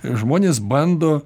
žmonės bando